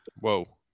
Whoa